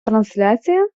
трансляція